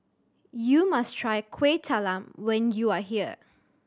you must try Kuih Talam when you are here